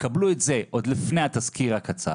יקבלו את זה עוד לפני התזכיר הקצר.